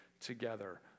together